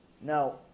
Now